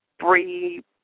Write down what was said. three